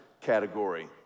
category